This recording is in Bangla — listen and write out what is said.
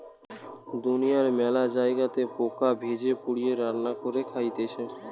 দুনিয়ার মেলা জায়গাতে পোকা ভেজে, পুড়িয়ে, রান্না করে খাইতেছে